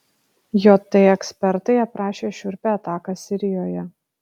jt ekspertai aprašė šiurpią ataką sirijoje